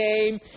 game